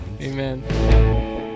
Amen